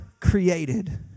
created